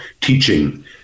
teaching